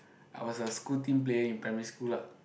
I was a school team player in primary school lah